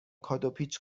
کادوپیچ